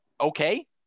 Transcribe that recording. okay